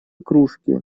кружки